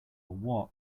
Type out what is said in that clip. what